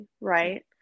right